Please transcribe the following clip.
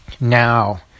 now